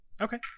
Okay